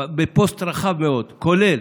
בפוסט רחב מאוד, כולל